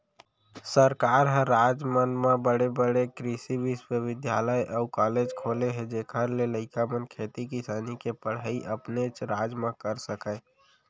सरकार ह राज मन म बड़े बड़े कृसि बिस्वबिद्यालय अउ कॉलेज खोले हे जेखर ले लइका मन खेती किसानी के पड़हई अपनेच राज म कर सकय